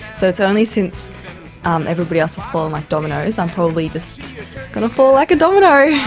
so it's only since everybody else has fallen like dominoes, i'm probably just going to fall like a domino.